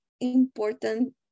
important